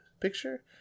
picture